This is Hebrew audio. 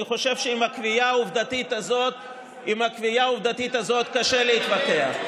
אני חושב שעם הקביעה העובדתית הזאת קשה להתווכח.